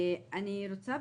אני רוצה,